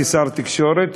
כשר התקשורת,